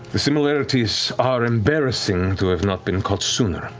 the similarities are embarrassing to have not been caught sooner,